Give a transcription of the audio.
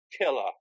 killer